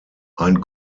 ein